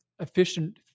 efficient